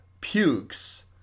pukes